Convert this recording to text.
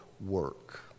work